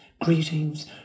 greetings